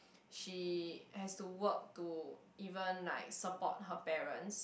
she has to work to even like support her parents